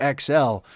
XL